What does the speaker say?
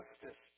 justice